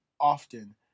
often